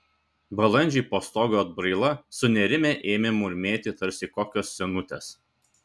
balandžiai po stogo atbraila sunerimę ėmė murmėti tarsi kokios senutės